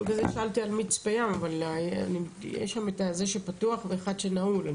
--- על מצפה ים, יש שם את זה שפתוח ואחד שנעול.